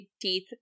teeth